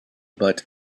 but